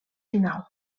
final